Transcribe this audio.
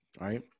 Right